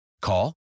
Call